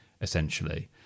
essentially